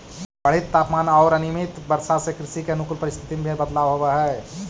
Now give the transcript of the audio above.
बढ़ित तापमान औउर अनियमित वर्षा से कृषि के अनुकूल परिस्थिति में भी बदलाव होवऽ हई